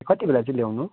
कति बेला चाहिँ ल्याउनु